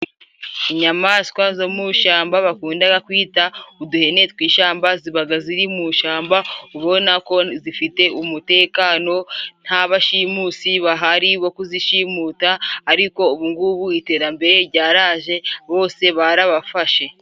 Inyamaswa zo mu shamba bakundaga kwita uduhene tw'ishamba, zibaga ziri mu shamba ubona ko zifite umutekano, nta bashimusi bahari bo kuzishimuta, ariko ubungubu iterabere jyaraje bose barabafashe.